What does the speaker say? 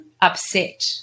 upset